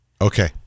Okay